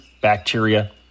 bacteria